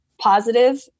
positive